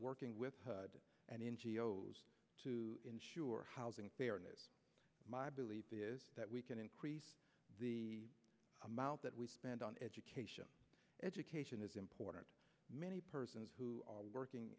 working with and in geos to ensure housing fairness my belief is that we can increase the amount that we spend on education education is important many persons who are working